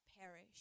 perish